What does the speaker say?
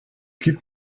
gib